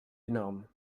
énorme